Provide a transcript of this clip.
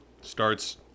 starts